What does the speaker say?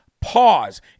pause